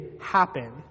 happen